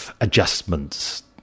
adjustments